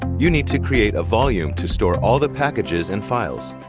you need to create a volume to store all the packages and files.